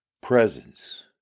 presence